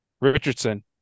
Richardson